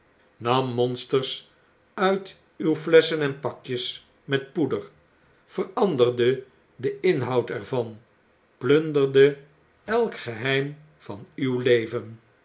nam monsters uit uw flesschen enpakjes met poeder veranderde den inhoud er van plunderde elk geheim van uw leven